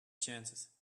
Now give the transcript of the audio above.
chances